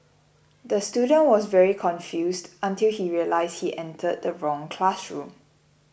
the student was very confused until he realised he entered the wrong classroom